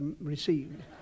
received